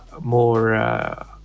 more